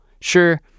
Sure